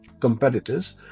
competitors